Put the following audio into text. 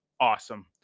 awesome